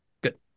Good